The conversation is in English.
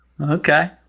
Okay